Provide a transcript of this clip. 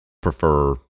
Prefer